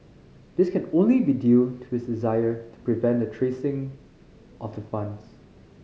this can only be due to his desire to prevent the tracing of the funds